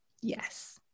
Yes